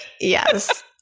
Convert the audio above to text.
Yes